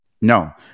No